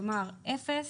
כלומר 0,